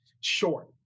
short